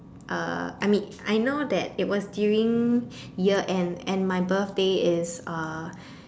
uh I mean I know that it was during year end and my birthday is uh